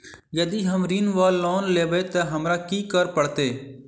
यदि हम ऋण वा लोन लेबै तऽ हमरा की करऽ पड़त?